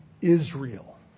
Israel